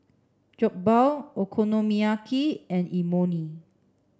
Jokbal Okonomiyaki and Imoni